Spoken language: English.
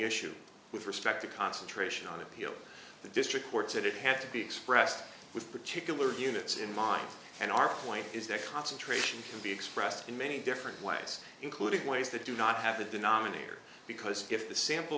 issue with respect to concentrate on appeal the district court said it had to be expressed with particular units in mind and our point is that concentration can be expressed in many different ways including ways that do not have the denominator because if the sample